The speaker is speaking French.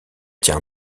tient